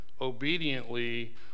obediently